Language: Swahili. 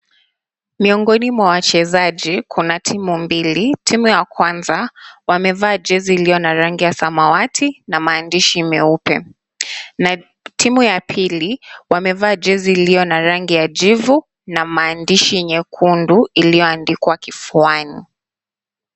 Miongoni mwa wachezaji kuna timu mbili, timu ya kwanza wamevaa jezi iliyo na rangi ya samawati na maandishi meupe na timu ya pili wamevaa jezi iliyo na rangi ya jivu na maandishi mekundu yaliyoandikwa kifuani.